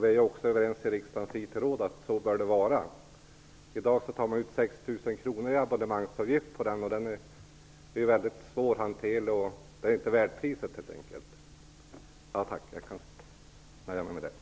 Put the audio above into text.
I riksdagens IT-råd är vi överens om att det borde vara så. I dag tar man ut 6 000 kr i abonnemangsavgift för Rixlex, som är väldigt svårhanterligt och inte värt detta pris.